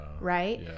right